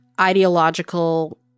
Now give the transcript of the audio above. ideological